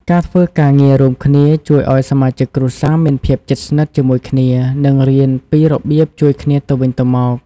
ការធ្វើការងាររួមគ្នាជួយឲ្យសមាជិកគ្រួសារមានភាពជិតស្និទ្ធជាមួយគ្នា និងរៀនពីរបៀបជួយគ្នាទៅវិញទៅមក។